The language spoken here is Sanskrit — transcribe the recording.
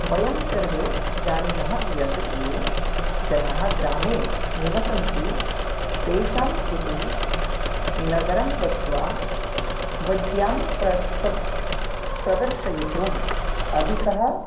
वयं सर्वे जानीमः यद् ये जनाः ग्रामे निवसन्ति तेषां कृते नगरं गत्वा वैद्यं प्र प्रत् प्रदर्शयितुम् अधिकः